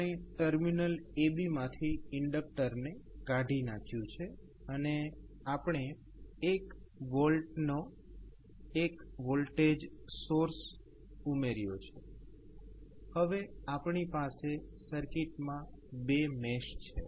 આપણે terminal AB માંથી ઇન્ડક્ટરને કાઢી નાખ્યું છે અને આપણે 1 V નો એક વોલ્ટેજ સોર્સ ઉમેર્યો છે હવે આપણી પાસે સર્કિટમાં બે મેશ છે